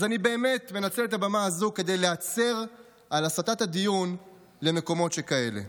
אז אני מנצל את הבמה הזאת כדי להצר על הסטת הדיון למקומות שכאלה.